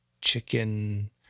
chicken